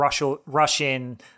Russian